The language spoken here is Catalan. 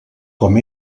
com